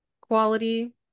quality